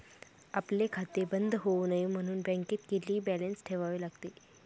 आपले खाते बंद होऊ नये म्हणून बँकेत किती बॅलन्स ठेवावा लागतो?